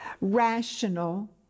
rational